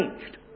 changed